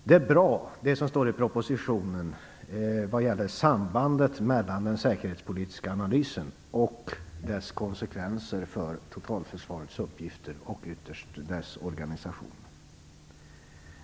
Det som står i propositionen om sambandet mellan den säkerhetspolitiska analysen och dess konsekvenser för totalförsvarets uppgifter och ytterst dess organisation är bra.